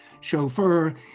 chauffeur